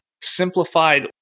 simplified